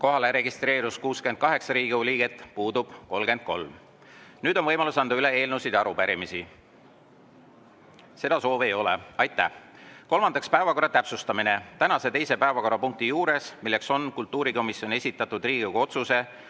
Kohalolijaks registreerus 68 Riigikogu liiget, puudub 33. Nüüd on võimalus anda üle eelnõusid ja arupärimisi. Seda soovi ei ole. Aitäh! Päevakorra täpsustamine. Tänase teise päevakorrapunkti juures, mis on kultuurikomisjoni esitatud Riigikogu otsuse